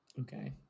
Okay